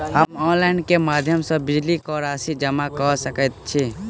हम ऑनलाइन केँ माध्यम सँ बिजली कऽ राशि जमा कऽ सकैत छी?